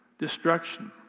destruction